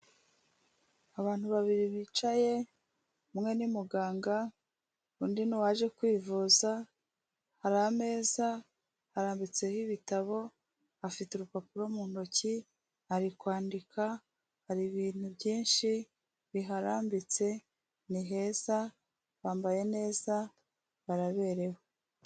Abantu babiri bicaye umwe ni muganga undi ni uwaje kwivuza, hari ameza arambitseho ibitabo, afite urupapuro mu ntoki, ari kwandika ,hari ibintu byinshi biharambitse ,ni heza, bambaye neza, baraberewe.